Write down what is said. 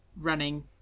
running